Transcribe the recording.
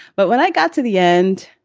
but when i got to the end,